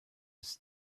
its